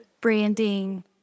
branding